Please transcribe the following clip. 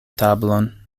tablon